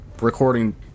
recording